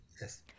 Yes